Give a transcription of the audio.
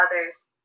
others